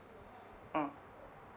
mm